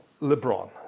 LeBron